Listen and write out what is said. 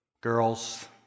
girls